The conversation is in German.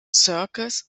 circus